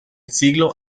siglo